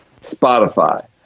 spotify